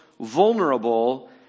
vulnerable